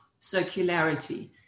circularity